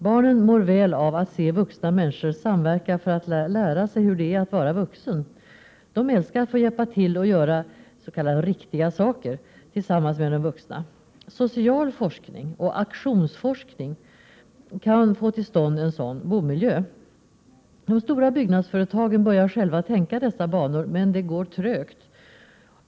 Barnen mår väl ay att se vuxna människor samverka, för att lära sig hur det är att vara vuxen. De älskar att få hjälp till och göra ”riktiga saker” tillsammans med de vuxna. Social forskning och aktionsforskning kan få till stånd en sådan bomiljö. De stora byggnadsföretagen börjar själva tänka i dessa banor, men det går trögt.